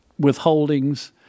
withholdings